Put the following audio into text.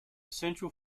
central